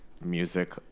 music